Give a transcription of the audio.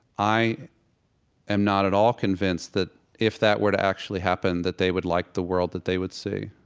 i am not at all convinced that if that were to actually happen that they would like the world that they would see